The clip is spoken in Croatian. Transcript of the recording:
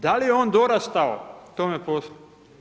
Da li je on dorastao tom poslu?